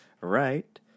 right